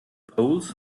poles